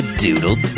doodle